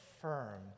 firm